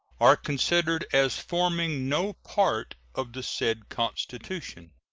are considered as forming no part of the said constitution.